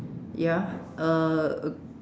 ya uh